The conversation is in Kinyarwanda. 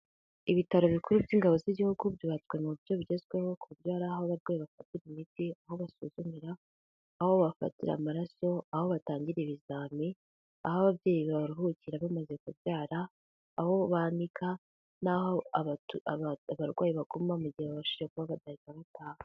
Ibitaro bikuru by'ingabo z'igihugu byubatswe mu buryo bugezweho ku buryo hari aho abarwayi bafatira imiti, aho basuzumira, aho bafatira amaraso, aho batangira ibizami, aho ababyeyi baruhukira bamaze kubyara, aho banika n'aho abarwayi baguma mu gihe batabashije kuba bahita bataha.